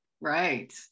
Right